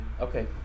okay